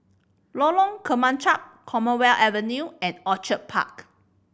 Lorong Kemunchup Commonwealth Avenue and Orchid Park